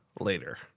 later